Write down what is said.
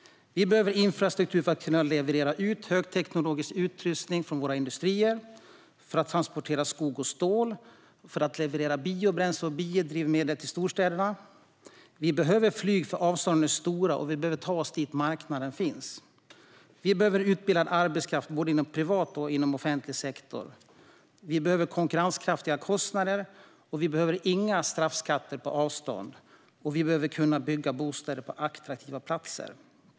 Vi behöver infrastruktur för att kunna leverera ut högteknologisk utrustning från industrierna, för att transportera skog och stål och för att leverera biobränsle och biodrivmedel till storstäderna. Vi behöver flyg eftersom avstånden är stora, och vi behöver kunna ta oss dit där marknaden finns. Vi behöver utbildad arbetskraft inom både privat och offentlig sektor. Vi behöver konkurrenskraftiga kostnader. Vi behöver inga straffskatter på avstånd. Vi behöver kunna bygga bostäder på attraktiva platser.